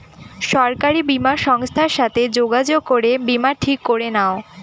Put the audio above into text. সরকারি বীমা সংস্থার সাথে যোগাযোগ করে বীমা ঠিক করে নাও